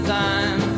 time